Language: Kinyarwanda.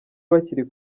bakiri